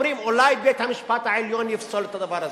אומרים: אולי בית-המשפט העליון יפסול את הדבר הזה.